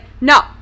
no